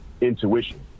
intuition